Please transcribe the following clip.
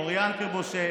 אוריין קריבושי,